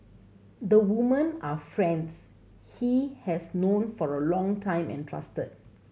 the woman are friends he has known for a long time and trusted